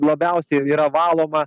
labiausiai jau yra valoma